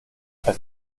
als